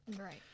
Right